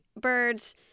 birds